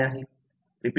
ते काय आहे